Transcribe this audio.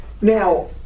Now